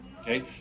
Okay